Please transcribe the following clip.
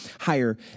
higher